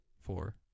four